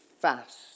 fast